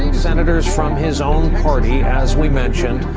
senators from his own party, as we mentioned,